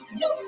no